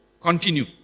continue